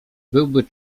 byłby